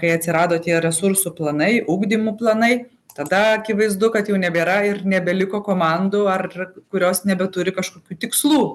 kai atsirado tie resursų planai ugdymo planai tada akivaizdu kad jau nebėra ir nebeliko komandų ar kurios nebeturi kažkokių tikslų